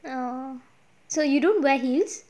oh so you don't wear heels